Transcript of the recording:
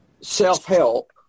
self-help